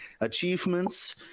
achievements